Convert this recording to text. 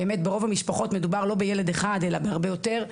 באמת ברוב המשפחות מדובר לא בילד אחד אלא בהרבה יותר,